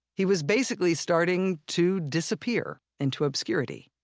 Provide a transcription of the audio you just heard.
he was basically starting to disappear into obscurity,